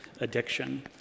addiction